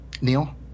Neil